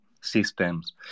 systems